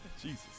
Jesus